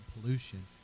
pollution